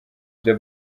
bya